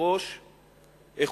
ויושבי-ראש איכותיים,